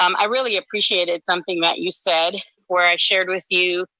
um i really appreciated something that you said where i shared with you.